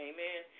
Amen